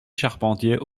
charpentier